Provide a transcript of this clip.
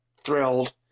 thrilled